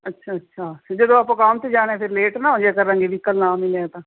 ਅੱਛਾ ਅੱਛਾ ਫਿਰ ਜਦੋਂ ਆਪਾਂ ਕੰਮ 'ਤੇ ਜਾਣਾ ਫਿਰ ਲੇਟ ਨਾ ਹੋ ਜਾਇਆ ਕਰਾਂਗੇ ਵਹੀਕਲ ਨਾ ਮਿਲਿਆ ਤਾਂ